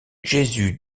jésus